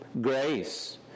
grace